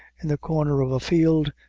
in the corner of a field,